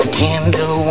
tender